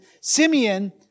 Simeon